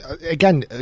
again